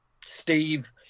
Steve